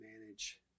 manage